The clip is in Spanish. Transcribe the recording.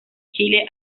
chile